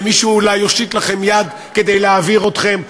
ומישהו אולי יושיט לכם יד כדי להעביר אתכם,